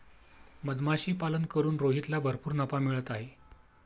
मधमाशीपालन करून रोहितला भरपूर नफा मिळत आहे